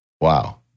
Wow